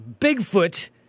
Bigfoot